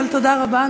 אבל תודה רבה,